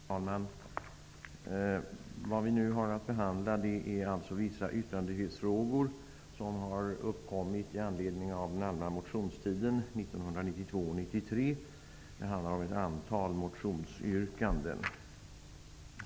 Herr talman! Det vi nu har att behandla är vissa yttrandefrihetsfrågor som har uppkommit i anledning av den allmänna motionstiden 1992/93. Det handlar om ett antal motionsyrkanden.